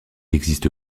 existe